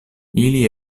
ili